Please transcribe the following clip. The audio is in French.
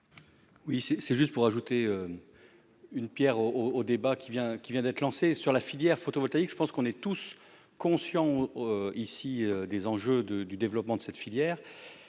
c'est, c'est juste pour ajouter une Pierre au au débat qui vient, qui vient d'être lancée sur la filière photovoltaïque, je pense qu'on est tous conscient ici des enjeux de du développement de cette filière